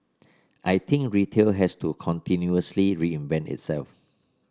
I think retail has to continuously reinvent itself